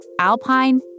Alpine